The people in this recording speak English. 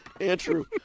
Andrew